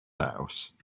house